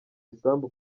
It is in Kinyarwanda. isambu